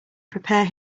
prepare